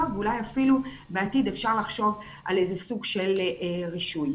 ואולי אפילו בעתיד אפשר לחשוב על איזה סוג של רישוי.